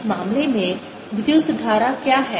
इस मामले में विद्युत धारा क्या है